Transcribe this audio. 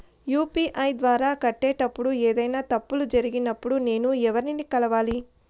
UPI ద్వారా కట్టేటప్పుడు ఏదైనా తప్పులు జరిగినప్పుడు నేను ఎవర్ని కలవాలి?